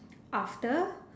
after